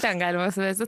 ten galima suvesti